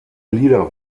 lieder